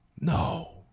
No